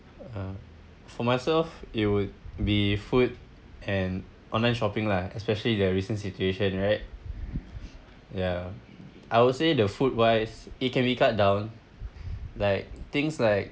uh for myself it would be food and online shopping lah especially the recent situation right ya I would say the food wise it can be cut down like things like